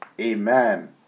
Amen